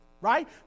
right